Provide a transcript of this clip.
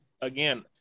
again